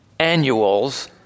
annuals